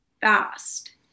fast